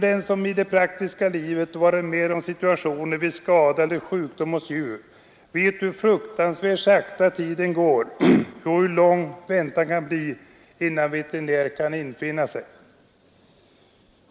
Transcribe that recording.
Den som i det praktiska livet varit med om en situation vid skada eller sjukdom hos djur vet hur fruktansvärt sakta tiden går och hur lång väntan kan bli innan veterinär kan infinna sig.